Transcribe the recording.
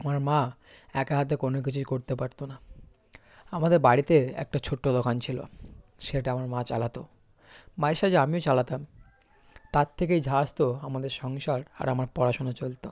আমার মা একা হাতে কোনো কিছুই করতে পারতো না আমাদের বাড়িতে একটা ছোট্ট দোকান ছিলো সেটা আমার মা চালাতো মাজে সাজে আমিও চালাতাম তার থেকেই যা আসতো আমাদের সংসার আর আমার পড়াশুনো চলতো